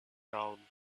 dawn